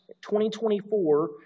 2024